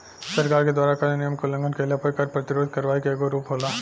सरकार के द्वारा कर नियम के उलंघन कईला पर कर प्रतिरोध करवाई के एगो रूप होला